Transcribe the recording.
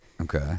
Okay